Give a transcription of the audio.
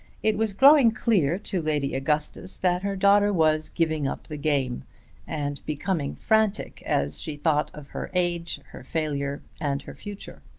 it was growing clear to lady augustus that her daughter was giving up the game and becoming frantic as she thought of her age, her failure, and her future.